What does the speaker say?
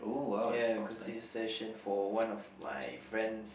yeah acoustic session for one of my friend's